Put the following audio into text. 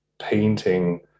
painting